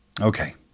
Okay